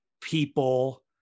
people